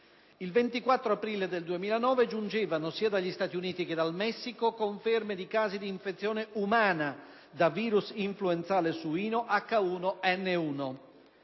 Il 24 aprile 2009 giungevano sia dagli Stati Uniti che dal Messico conferme di casi di infezione umana da virus influenzale suino H1N1.